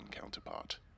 counterpart